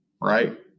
right